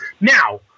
Now